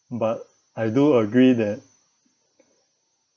but I do agree that